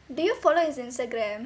do you follow his Instagram